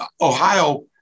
Ohio –